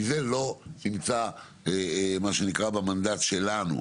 כי זה לא נמצא במנדט שלנו.